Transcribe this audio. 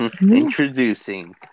Introducing